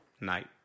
night